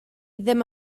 ddim